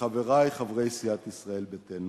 לחברי חברי ישראל ביתנו,